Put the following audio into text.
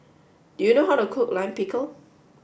do you know how to cook Lime Pickle